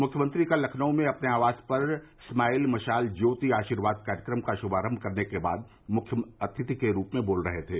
मुख्यमंत्री कल लखनऊ में अपने आवास पर स्माइल मशाल ज्योति आशीर्याद कार्यक्रम का शुभारम्भ करने के बाद मुख्य अतिथि के रूप में बोल रहे थे